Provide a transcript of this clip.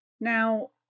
Now